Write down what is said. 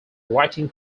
writing